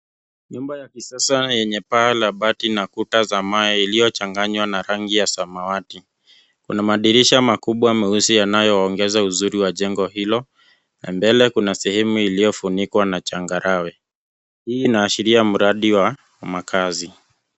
Nyumba ya kisasa yenye paa la bati na kuta za mawe iliyochanganywa na rangi ya samawati. Kuna madirisha makubwa meusi yanayoongeza uzuri wa jengo hilo, na mbele kuna sehemu iliyofunikwa na changarawe. Hii inaashiria mradi wa makazi.